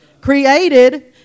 created